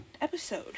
episode